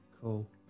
cool